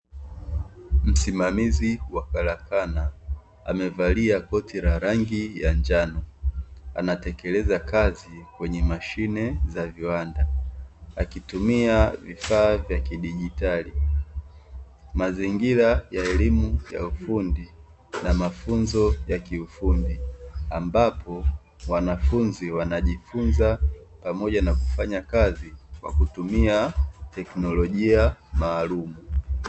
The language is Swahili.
Msimamizi wa karakana amevalia koti la rangi ya njano, anatekeleza kazi kwenye mashine za viwanda akitumia vifaa vya kidigitali, mazingira ya elimu ya ufundi na mafunzo ya kiufundi ambapo wanafunzi wanajifunza na kufanya kazi, pamoja na kutumia teknolojia maalumu.